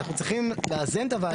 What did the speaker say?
אנחנו צריכים לאזן את הוועדה הזאת.